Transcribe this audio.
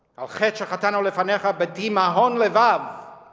chet she'chatanu lefanecha be'timhon le'vav